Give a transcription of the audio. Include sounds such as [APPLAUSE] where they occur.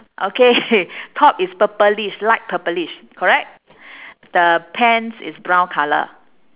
okay [LAUGHS] top is purplish light purplish correct the pants is brown colour